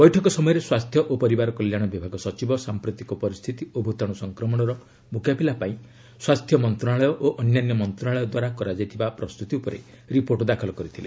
ବୈଠକ ସମୟରେ ସ୍ୱାସ୍ଥ୍ୟ ଓ ପରିବାର କଲ୍ୟାଣ ବିଭାଗ ସଚିବ ସାମ୍ପ୍ରତିକ ପରିସ୍ଥିତି ଓ ଭୂତାଣୁ ସଂକ୍ରମଣର ମୁକାବିଲା ପାଇଁ ସ୍ୱାସ୍ଥ୍ୟ ମନ୍ତ୍ରଣାଳୟ ଓ ଅନ୍ୟାନ୍ୟ ମନ୍ତ୍ରଣାଳୟ ଦ୍ୱାରା କରାଯାଇଥିବା ପ୍ରସ୍ତୁତି ଉପରେ ରିପୋର୍ଟ ଦାଖଲ କରିଥିଲେ